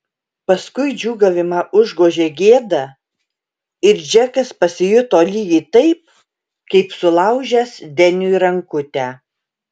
paskui džiūgavimą užgožė gėda ir džekas pasijuto lygiai taip kaip sulaužęs deniui rankutę